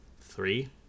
three